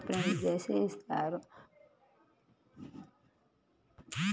పొదుపు ఖాతాలోని లావాదేవీలను బ్యేంకులో అడిగితే పాసు పుస్తకాల్లో ప్రింట్ జేసి ఇస్తారు